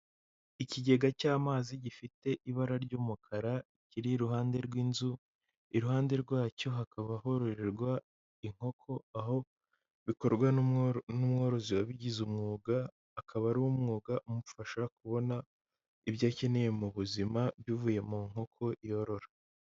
Ikigega cy'amazi gifite ibara ry'umukara kiri iruhande rw'inzu iruhande rwacyo hakaba hororerwa inkoko aho bikorwa n'umworozi wabigize umwuga akaba ariwo mwuga umufasha kubona ibyo akeneye mubuzima bivuye munkoko yorora.